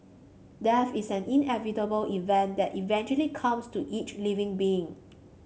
death is an inevitable event that eventually comes to each living being